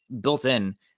built-in